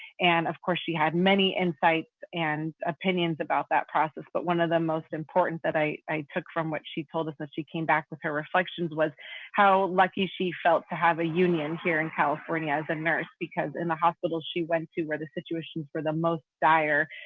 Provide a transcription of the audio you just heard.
and of course, she had many insights and opinions about that process. but one of the most important that i i took from what she told us that she came back with her reflections was how lucky she felt to have a union here in california as a nurse, because in the hospital she went to, where the situations were the most dire,